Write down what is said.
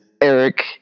Eric